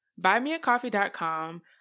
BuyMeACoffee.com